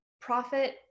profit